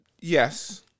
Yes